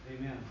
Amen